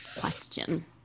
question